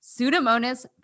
Pseudomonas